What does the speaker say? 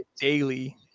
daily